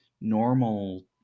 normal